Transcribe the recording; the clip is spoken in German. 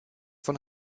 von